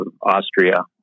Austria